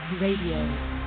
Radio